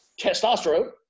testosterone